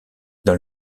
dans